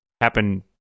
happen